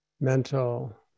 mental